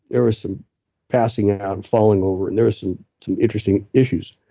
there were some passing out and falling over, and there were some some interesting issues.